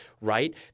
right